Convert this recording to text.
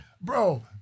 Bro